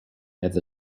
has